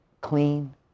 clean